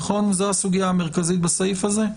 זאת הסוגיה המרכזית בסעיף הזה?